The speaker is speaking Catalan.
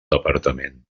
departament